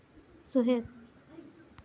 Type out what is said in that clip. ᱥᱩᱦᱮᱫ